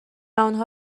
آنها